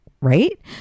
right